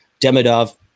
Demidov